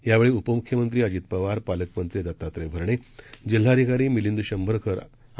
यावेळी उपमुख्यमंत्री अजित पवार पालकमंत्री दत्तात्रय भरणे जिल्हाधिकारी मिलिंद शंभरकर आ